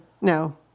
No